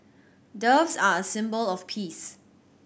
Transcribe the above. doves are a symbol of peace